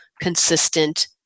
consistent